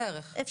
זה